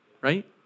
right